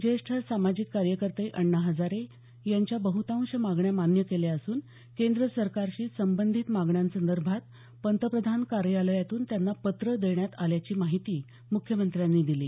ज्येष्ठ सामाजिक कार्यकर्ते अण्णा हजारे यांच्या बहतांश मागण्या मान्य केल्या असून केंद्र सरकारशी संबंधित मागण्यासंदर्भात पंतप्रधान कार्यालयातून त्यांना पत्र देण्यात आल्याची माहिती मुख्यमंत्र्यांनी दिली